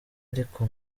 ariko